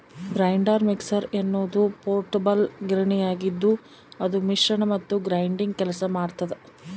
grinder mixer ಎನ್ನುವುದು portable ಗಿರಣಿಯಾಗಿದ್ದುಅದು ಮಿಶ್ರಣ ಮತ್ತು ಗ್ರೈಂಡಿಂಗ್ ಕೆಲಸ ಮಾಡ್ತದ